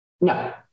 No